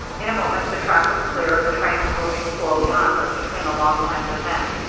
in a moment the track was clear, and the train was moving slowly onward between the long lines of men.